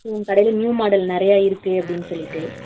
உங்கள் கடையில் new model நிறைய இருக்கு அப்படின்னு சொல்லிவிட்டு